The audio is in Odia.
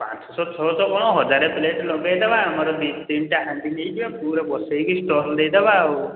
ପାଞ୍ଚଶହ ଛଅଶହ କ'ଣ ହଜାର ପ୍ଲେଟ୍ ଲଗାଇଦେବା ଆମର ଦୁଇ ତିନିଟା ହାଣ୍ଡି ନେଇ ଯିବା ପୂରା ବସେଇକି ଷ୍ଟଲ୍ ଦେଇ ଦେବା ଆଉ